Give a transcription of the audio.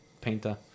Painter